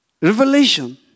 revelation